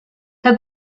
que